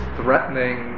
threatening